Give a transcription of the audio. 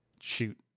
shoot